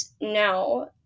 now